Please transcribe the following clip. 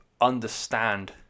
understand